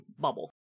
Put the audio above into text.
bubble